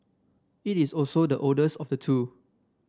it is also the oldest of the two